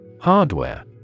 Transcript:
Hardware